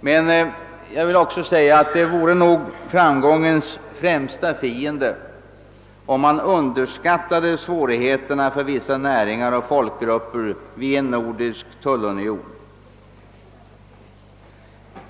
men det vore nog framgångens främsta hinder om man underskattade svårigheterna för vissa näringar och folkgrupper vid en nordisk tullunion.